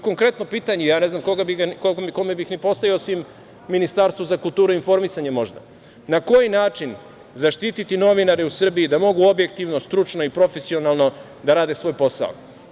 Konkretno pitanje, ja ne znam kome bih ga postavio, osim Ministarstvu za kulturu i informisanje možda – na koji način zaštititi novinare u Srbiji da mogu objektivno, stručno i profesionalno da rade svoj posao?